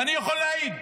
ואני יכול להעיד,